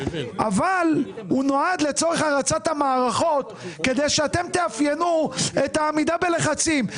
אבל הוא נועד לצורך הרצת המערכות כדי שאתם תאפיינו את העמידה בלחצים.